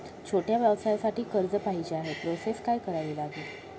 छोट्या व्यवसायासाठी कर्ज पाहिजे आहे प्रोसेस काय करावी लागेल?